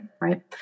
right